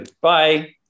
Bye